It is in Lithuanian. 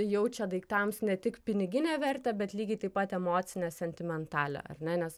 jaučia daiktams ne tik piniginę vertę bet lygiai taip pat emocinę sentimentalią ar ne nes